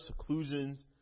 seclusions